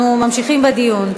אנחנו ממשיכים בדיון.